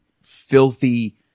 filthy